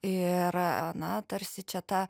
ir na tarsi čia ta